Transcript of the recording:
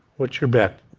what's your bet?